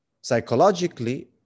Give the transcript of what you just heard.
Psychologically